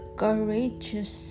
courageous